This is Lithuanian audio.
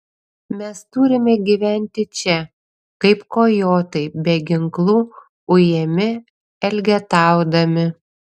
mes turime gyventi čia kaip kojotai be ginklų ujami elgetaudami